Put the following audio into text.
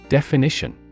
Definition